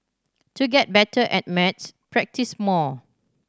to get better at maths practise more